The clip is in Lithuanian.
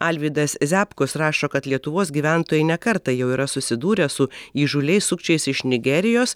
alvydas ziabkus rašo kad lietuvos gyventojai ne kartą jau yra susidūrę su įžūliais sukčiais iš nigerijos